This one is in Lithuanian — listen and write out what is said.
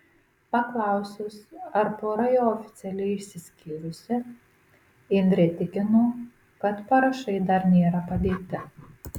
paklausus ar pora jau oficialiai išsiskyrusi indrė tikino kad parašai dar nėra padėti